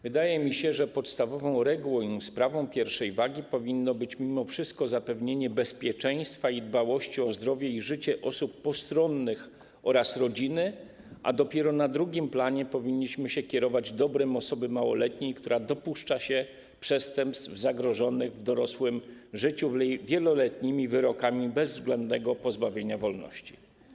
Wydaje mi się, że podstawową regułą i sprawą pierwszej wagi powinno być mimo wszystko zapewnienie bezpieczeństwa i dbałości o zdrowie i życie osób postronnych oraz rodziny, a dopiero na drugim planie powinniśmy się kierować dobrem osoby małoletniej, która dopuszcza się przestępstw zagrożonych w dorosłym życiu wieloletnimi wyrokami bezwzględnego pozbawienia wolności.